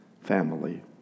family